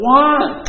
one